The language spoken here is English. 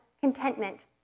contentment